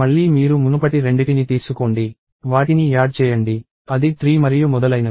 మళ్లీ మీరు మునుపటి రెండిటిని తీసుకోండి వాటిని యాడ్ చేయండి అది 3 మరియు మొదలైనవి